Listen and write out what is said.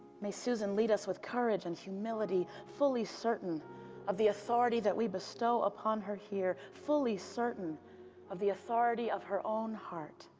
may susan lead us with courage and humility. fully certain of the authority we bestow upon her here fully certain of the authority of her own heart.